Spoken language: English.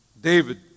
David